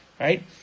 Right